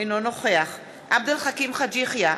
אינו נוכח עבד אל חכים חאג' יחיא,